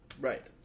Right